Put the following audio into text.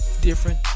different